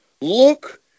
Look